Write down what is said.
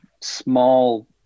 small